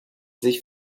sich